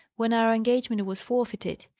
when our engagement was forfeited,